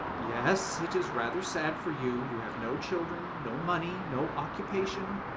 yes, it is rather sad for you. you have no children, no money, no occupation.